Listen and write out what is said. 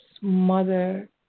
mother